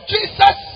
Jesus